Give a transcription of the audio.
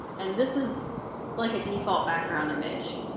and this is like a default background image.